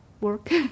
work